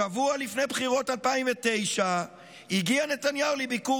שבוע לפני בחירות 2009 הגיע נתניהו לביקור